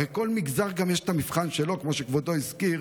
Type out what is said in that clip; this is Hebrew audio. הרי לכל מגזר יש את המבחן שלו, כמו שכבודו הזכיר.